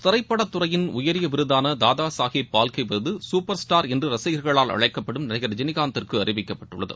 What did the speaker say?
திரைப்படத்துறையின் உயரிய விருதான தாதா எகேப் பால்கே விருது குப்பர் ஸ்டார் என்று ரசிகர்களால் அழைக்கப்படும் நடிகர் ரஜினிகாந்திற்கு அறிவிக்கப்பட்டுள்ளது